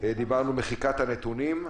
דיברנו על מחיקת הנתונים.